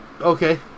Okay